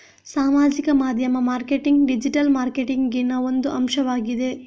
ಸಾಮಾಜಿಕ ಮಾಧ್ಯಮ marketing digital ಮಾರ್ಕೆಟಿಂಗಿನ ಒಂದು ಅಂಶವಾಗಿದೆ